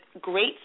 great